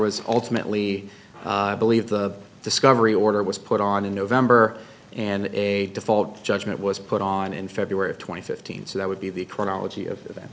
was ultimately believe the discovery order was put on in november and a default judgment was put on in february twenty fifteen so that would be the chronology of events